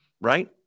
right